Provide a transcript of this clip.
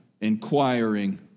inquiring